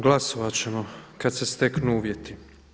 Glasovat ćemo kada se steknu uvjeti.